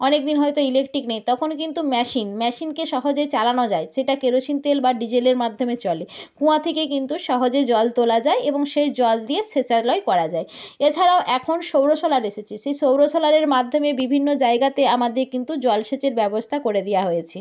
অনেকদিন হয়তো ইলেকট্রিক নেই তখন কিন্তু মেশিন মেশিনকে সহজে চালানো যায় সেটা কেরোসিন তেল বা ডিজেলের মাধ্যমে চলে কুয়ো থেকে কিন্তু সহজেই জল তোলা যায় এবং সেই জল দিয়ে সেচালয় করা যায় এছাড়াও এখন সৌর সোলার এসেছে সেই সৌর সোলারের মাধ্যমে বিভিন্ন জায়গাতে আমাদের কিন্তু জলসেচের ব্যবস্থা করে দেওয়া হয়েছে